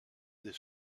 this